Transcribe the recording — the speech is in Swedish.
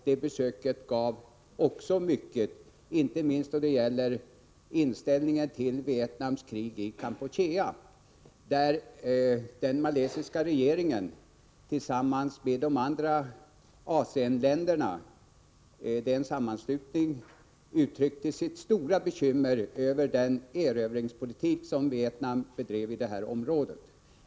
Det besöket gav också mycket, inte minst då det gäller inställningen till Vietnams krig i Kampuchea. Den malaysiska regeringen uttryckte tillsammans med de andra länderna i ASEAN =-— det är en sammanslutning — sitt stora bekymmer över den erövringspolitik som Vietnam bedriver i detta område.